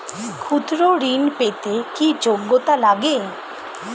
ক্ষুদ্র ঋণ পেতে কি যোগ্যতা লাগে?